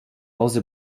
hause